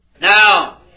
Now